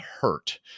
hurt